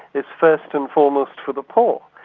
is first and foremost for the poor,